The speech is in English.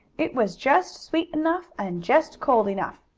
it was just sweet enough, and just cold enough.